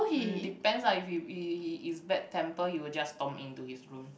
mm depends ah if he he he is bad tempered he will just storm in to his room